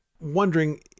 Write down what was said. wondering